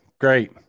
great